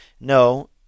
no